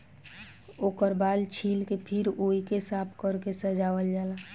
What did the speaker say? ओकर बाल छील के फिर ओइके साफ कर के सजावल जाला